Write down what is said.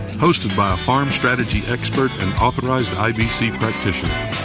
hosted by a farm strategy expert and authorized ibc practitioner.